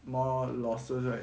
more losses right